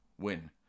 win